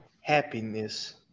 happiness